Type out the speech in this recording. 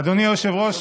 אדוני היושב-ראש,